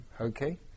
okay